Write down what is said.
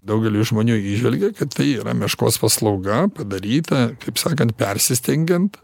daugelis žmonių įžvelgia kad tai yra meškos paslauga padaryta kaip sakant persistengiant